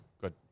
good